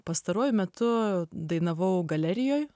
pastaruoju metu dainavau galerijoj